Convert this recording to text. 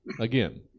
Again